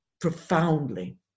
profoundly